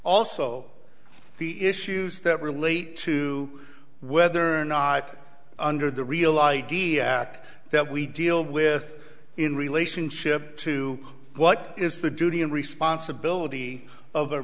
also the issues that relate to whether or not under the real i d act that we deal with in relationship to what is the duty and responsibility of